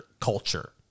culture